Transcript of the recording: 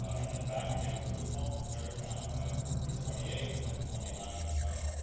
ah and then back again to his home in tarrytown through twenty eight and and twenty nine as well.